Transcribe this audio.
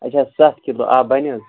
اَچھا سَتھ کِلوٗ آ بَنہِ حظ